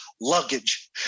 luggage